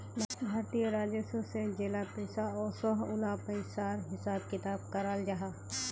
भारतीय राजस्व से जेला पैसा ओसोह उला पिसार हिसाब किताब कराल जाहा